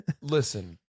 listen